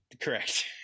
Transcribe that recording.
correct